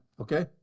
okay